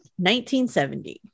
1970